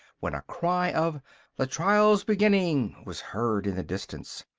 when a cry of the trial's beginning! was heard in the distance.